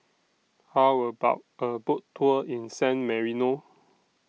How about A Boat Tour in San Marino